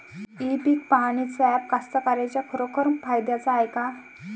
इ पीक पहानीचं ॲप कास्तकाराइच्या खरोखर फायद्याचं हाये का?